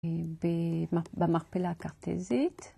במכפלה קרטזית.